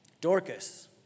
Dorcas